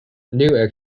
new